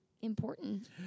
important